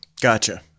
Gotcha